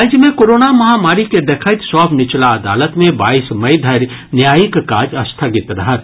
राज्य मे कोरोना महामारी के देखैत सभ नीचला अदालत मे बाईस मई धरि न्यायिक काज स्थगित रहत